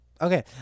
Okay